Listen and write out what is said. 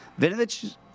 Vinovich